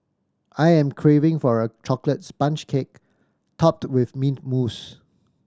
I am craving for a chocolate sponge cake topped with mint mousse